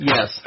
Yes